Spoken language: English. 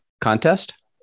contest